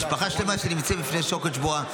משפחה שלמה שנמצאת בפני שוקת שבורה.